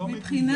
לגבי